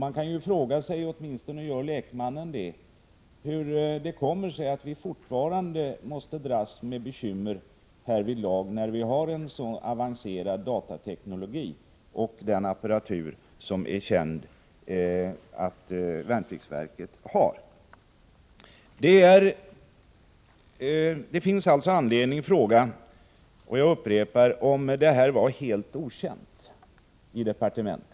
Man kan fråga sig — åtminstone gör lekmannen det — hur det kommer sig att vi fortfarande måste dras med bekymmer härvidlag, när vi har så avancerad datateknologi och har sådan apparatur som det är känt att värnpliktsverket har. Det finns alltså anledning att fråga — jag upprepar det — om detta var helt okänt i departementet.